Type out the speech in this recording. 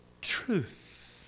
truth